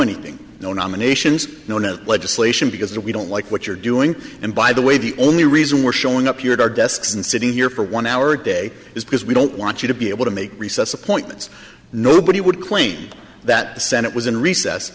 anything no nominations no no legislation because we don't like what you're doing and by the way the only reason we're showing up here at our desks and sitting here for one hour a day is because we don't want you to be able to make recess appointments nobody would claim that the senate was in recess